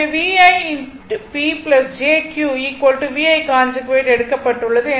எனவே VI P jQ VI conjugate எடுக்கப்பட்டுள்ளது